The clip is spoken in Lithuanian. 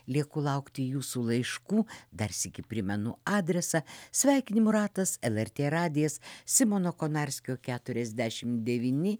lieku laukti jūsų laiškų dar sykį primenu adresą sveikinimų ratas lrt radijas simono konarskio keturiasdešimt devyni